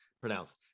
pronounced